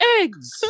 eggs